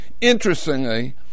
Interestingly